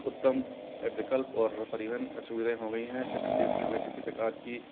उत्तम विकल्प और परिवहन सुविधाएं हो गई हैं जिस से हमें किसी प्रकार की